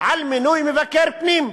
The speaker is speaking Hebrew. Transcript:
על מינוי מבקר פנים.